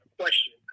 Question